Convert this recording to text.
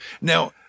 Now